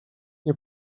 nie